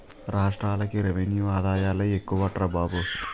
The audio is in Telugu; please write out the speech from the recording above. రాష్ట్రాలకి రెవెన్యూ ఆదాయాలే ఎక్కువట్రా బాబు